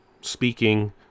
speaking